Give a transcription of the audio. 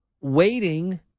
waiting